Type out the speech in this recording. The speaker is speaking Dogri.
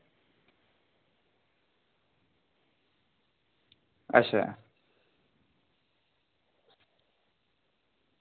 अच्छा